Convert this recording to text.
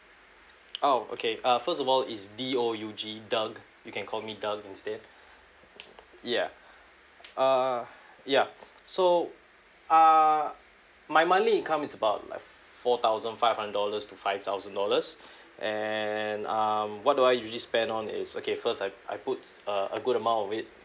oh okay uh first of all it's D O U G doug you can call me doug instead yeah uh yeah so err my monthly income is about like four thousand five hundred dollars to five thousand dollars and um what do I usually spend on is okay first I I put a a good amount of it